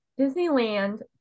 Disneyland